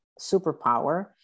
superpower